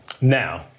Now